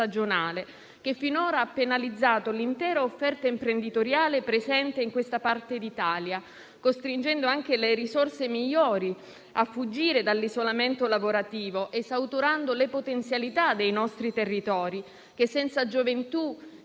che finora ha penalizzato l'intera offerta imprenditoriale presente in questa parte d'Italia, costringendo anche le risorse migliori a fuggire dall'isolamento lavorativo, esautorando le potenzialità dei nostri territori che, senza gioventù e spunti